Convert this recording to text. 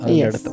yes